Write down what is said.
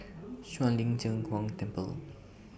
Shuang Lin Cheng Huang Temple